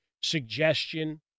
suggestion